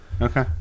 Okay